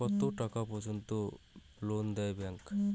কত টাকা পর্যন্ত লোন দেয় ব্যাংক?